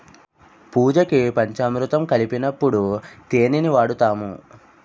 పూజకి పంచామురుతం కలిపినప్పుడు తేనిని వాడుతాము